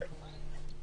זה.